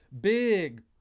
big